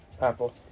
Apple